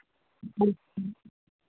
ᱦᱮᱸ